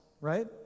right